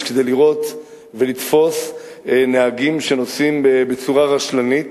כדי לראות ולתפוס נהגים שנוסעים בצורה רשלנית.